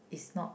is not